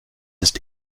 ist